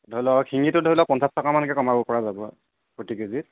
ধৰি লওক শিঙিটোত ধৰি লওক পঞ্চাছ টকা মানকৈ কমাব পৰা যাব প্ৰতি কেজিত